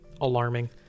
alarming